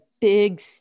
big